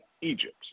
Egypt